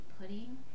pudding